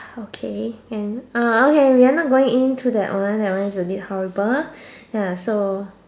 okay and uh okay we're not going in through that one that one is a bit horrible ya so